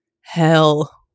hell